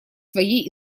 своей